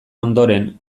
ondoren